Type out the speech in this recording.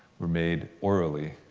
were made orally,